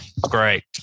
Great